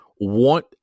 want